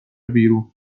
بیرون